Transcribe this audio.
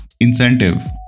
incentive